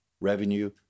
revenue